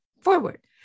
forward